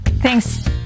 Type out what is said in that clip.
Thanks